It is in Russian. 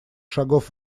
шагов